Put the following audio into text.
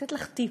לתת לך טיפ: